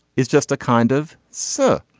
it's just a kind of sir.